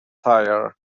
tyre